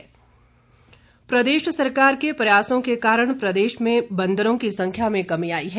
वानर संख्या प्रदेश सरकार के प्रयासों के कारण प्रदेश में बन्दरों की संख्या में कमी आई है